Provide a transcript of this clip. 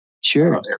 Sure